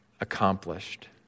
accomplished